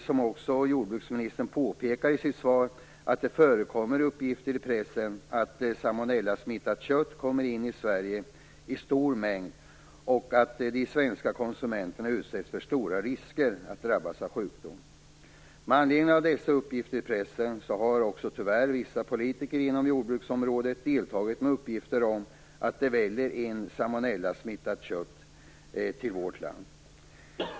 Som jordbruksministern också påpekar i sitt svar förekommer det emellertid uppgifter i pressen om att salmonellasmittat kött kommer in i Sverige i stor mängd, och att de svenska konsumenterna utsätts för stora risker att drabbas av sjukdomen. Men anledning av dessa uppgifter i pressen har också vissa politiker inom jordbruksområdet tyvärr bidragit med uppgifter om att det väller in salmonellasmittat kött i vårt land.